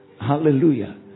Hallelujah